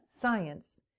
science